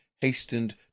hastened